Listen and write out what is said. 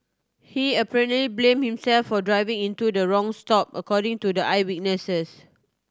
he apparently blame himself for driving into the wrong stop according to the eyewitnesses